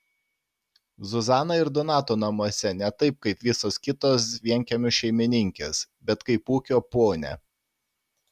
zuzana ir donato namuose ne taip kaip visos kitos vienkiemių šeimininkės bet kaip ūkio ponia